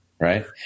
Right